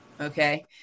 Okay